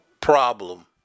problem